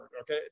okay